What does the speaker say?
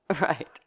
right